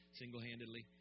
single-handedly